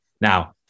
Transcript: Now